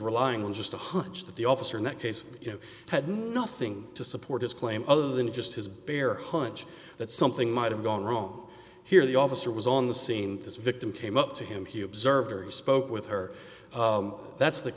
relying on just a hunch that the officer in that case you had nothing to support his claim other than just his bare hunch that something might have gone wrong here the officer was on the scene this victim came up to him he observed spoke with her that's the